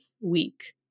week